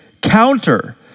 counter